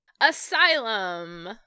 Asylum